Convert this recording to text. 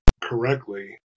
correctly